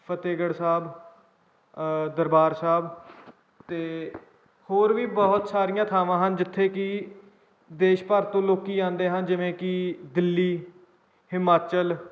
ਫਤਿਹਗੜ੍ਹ ਸਾਹਿਬ ਦਰਬਾਰ ਸਾਹਿਬ ਅਤੇ ਹੋਰ ਵੀ ਬਹੁਤ ਸਾਰੀਆਂ ਥਾਵਾਂ ਹਨ ਜਿੱਥੇ ਕਿ ਦੇਸ਼ ਭਰ ਤੋਂ ਲੋਕ ਆਉਂਦੇ ਹਾਂ ਜਿਵੇਂ ਕਿ ਦਿੱਲੀ ਹਿਮਾਚਲ